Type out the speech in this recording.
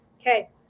Okay